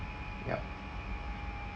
yup